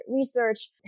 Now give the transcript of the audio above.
research